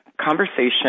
conversation